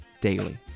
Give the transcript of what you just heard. daily